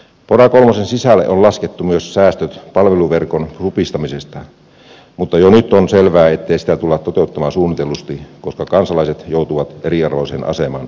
pora kolmosen sisälle on laskettu myös säästöt palveluverkon supistamisesta mutta jo nyt on selvää ettei sitä tulla toteuttamaan suunnitellusti koska kansalaiset joutuvat eriarvoiseen asemaan asuinpaikasta riippuen